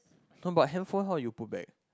no but handphone how you put back